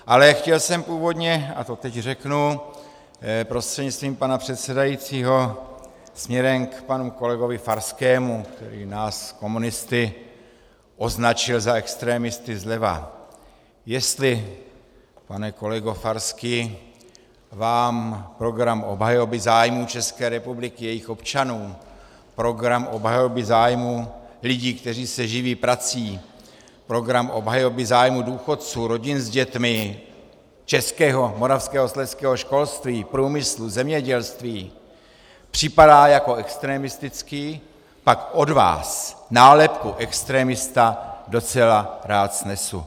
Ale chtěl jsem původně, a to teď řeknu prostřednictvím pana předsedajícího směrem k panu kolegovi Farskému, který nás komunisty označil za extremisty zleva, jestli, pane kolego Farský, vám program obhajoby zájmů České republiky, jejích občanů, program obhajoby zájmů lidí, kteří se živí prací, program obhajoby zájmů důchodců, rodin s dětmi, českého, moravského, slezského školství, průmyslu, zemědělství připadá jako extremistický, pak od vás nálepku extremista docela rád snesu.